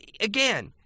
Again